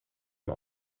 van